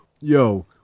yo